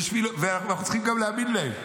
ואנחנו גם צריכים להאמין להם.